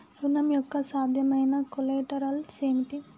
ఋణం యొక్క సాధ్యమైన కొలేటరల్స్ ఏమిటి?